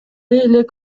элек